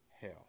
hell